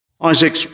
Isaac